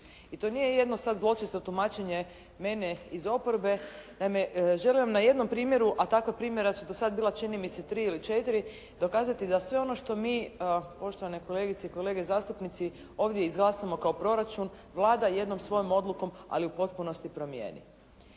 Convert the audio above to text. I to nije sada jedno zločesto tumačenje mene iz oporbe. Naime želim vam na jednom primjeru, a takva primjera su do sada bila čini mi se tri ili četiri, dokazati da sve ono što mi poštovane kolegice i kolege zastupnici ovdje izglasamo kao proračun, Vlada jednom svojom odlukom ali u potpunosti promijeni.